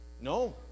No